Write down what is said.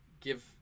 give